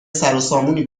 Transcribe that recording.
سروسامونی